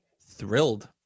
Thrilled